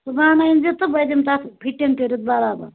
صُبحَن أنۍ زِ تہٕ بہٕ دِمہٕ تَتھ فِٹِنٛگ کٔرِتھ برابر